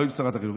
לא שרת החינוך,